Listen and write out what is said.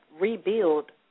rebuild